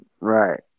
Right